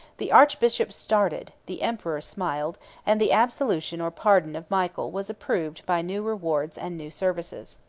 the archbishop started the emperor smiled and the absolution or pardon of michael was approved by new rewards and new services.